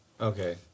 Okay